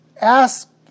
ask